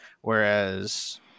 whereas